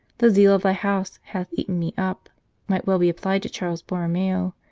the zeal of thy house hath eaten me up might well be applied to charles borromeo,